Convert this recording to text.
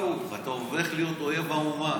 אם לא, הכול הפוך, אתה הופך להיות אויב האומה.